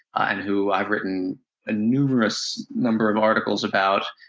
and who i've written a numerous number of articles about,